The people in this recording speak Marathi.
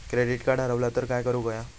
क्रेडिट कार्ड हरवला तर काय करुक होया?